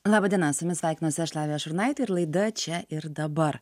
laba diena su jumis sveikinuosi aš lavija šurnaitė ir laida čia ir dabar